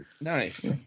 Nice